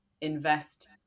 invest